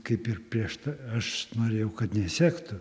kaip ir prieš tai aš norėjau kad nesektų